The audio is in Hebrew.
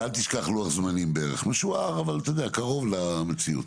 ואל תשכח לוח זמנים משוער אבל קרוב למציאות.